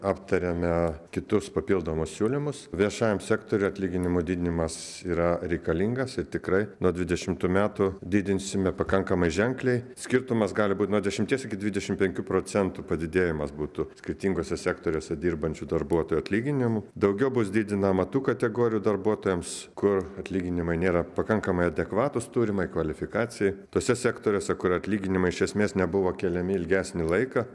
aptarėme kitus papildomus siūlymus viešajam sektoriui atlyginimų didinimas yra reikalingas ir tikrai nuo dvidešimų metų didinsime pakankamai ženkliai skirtumas gali būti nuo dešimies iki dvidešim penkių procentų padidėjimas būtų skirtinguose sektoriuose dirbančių darbuotojų atlyginimų daugiau bus didinama tų kategorijų darbuotojams kur atlyginimai nėra pakankamai adekvatūs turimai kvalifikacijai tuose sektoriuose kur atlyginimai iš esmės nebuvo keliami ilgesnį laiką